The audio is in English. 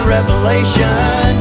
Revelation